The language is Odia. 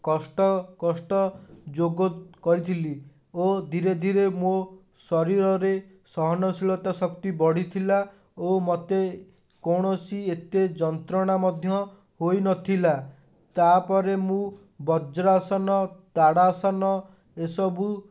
କଷ୍ଟ କଷ୍ଟ ଯୋଗ କରିଥିଲି ଓ ଧିରେ ଧିରେ ମୋ ଶରୀରରେ ସହନଶୀଳତା ଶକ୍ତି ବଢ଼ିଥିଲା ଓ ମୋତେ କୌଣସି ଏତେ ଯନ୍ତ୍ରଣା ମଧ୍ୟ ହୋଇ ନଥିଲା ତା'ପରେ ମୁଁ ବଜ୍ରାସନ ତାଡ଼ାସନ ଏସବୁ